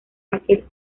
aquel